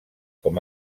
com